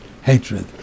hatred